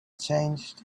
changed